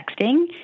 texting